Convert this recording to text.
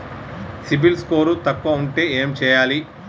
CIBIL score తక్కువ ఉంటే ఏం చేయాలి?